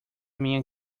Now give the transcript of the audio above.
minha